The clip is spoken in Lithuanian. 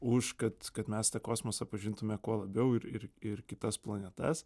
už kad kad mes tą kosmosą pažintume kuo labiau ir ir ir kitas planetas